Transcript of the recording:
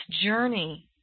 journey